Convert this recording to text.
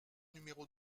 numéro